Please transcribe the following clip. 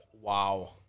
Wow